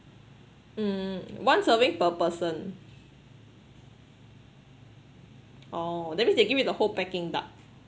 mm once a week per person oh that means they give you the whole peking duck